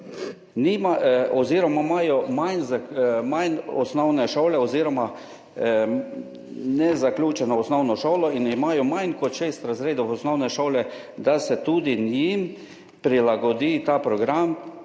oziroma imajo manj osnovne šole oziroma nezaključeno osnovno šolo in imajo manj kot 6 razredov osnovne šole, da se tudi njim prilagodi ta program.